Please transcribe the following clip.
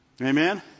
Amen